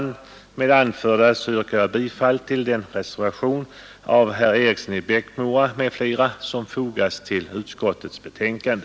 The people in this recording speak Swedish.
Med det anförda yrkar jag bifall till den reservation av herr Eriksson i Bäckmora m.fl., som fogats vid utskottets betänkande.